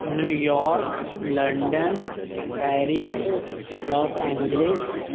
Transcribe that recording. New York London Paris Los Angeles